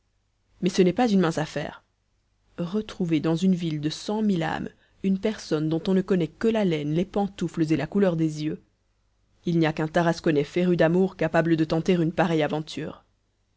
mais ce n'est pas une mince affaire retrouver dans une ville de cent mille âmes une personne dont on ne connaît que l'haleine les pantoufles et la couleur des yeux il n'y a qu'un tarasconnais féru d'amour capable de tenter une pareille aventure